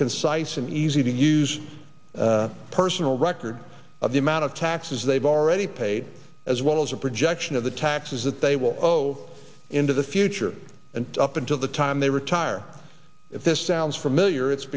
concise an easy to use personal record of the amount of taxes they've already paid as well as a projection of the taxes that they will go into the future and up until the time they retire if this sounds familiar it's